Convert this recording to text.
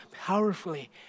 powerfully